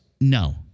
No